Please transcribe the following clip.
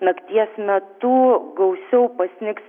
nakties metu gausiau pasnigs